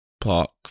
Park